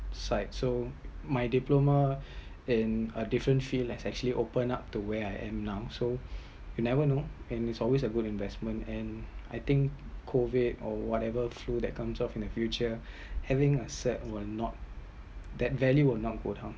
side so my diploma in a different field has actually open up to where am I now so you never know and it’s always a good investment and I think COVID or whatever flu that come off in the future having a cert will not that value will not go down